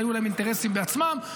היו להם אינטרסים בעצמם.